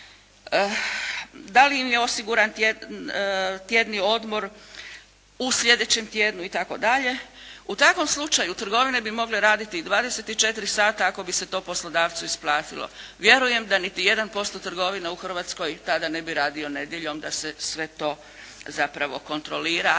Da li im je osiguran tjedni odmor u sljedećem tjednu itd. U takvom slučaju trgovine bi mogle raditi 24 sata ako bi se to poslodavcu isplatilo. Vjerujem da niti jedan posto trgovine u Hrvatskoj tada ne bi radio nedjeljom da se to zapravo kontrolira